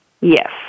Yes